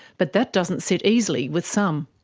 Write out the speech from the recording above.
but that doesn't sit easily with some.